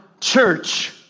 church